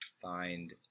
find